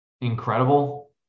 incredible